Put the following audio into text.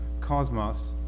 Cosmos